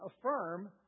affirm